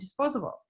disposables